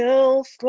else